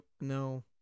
No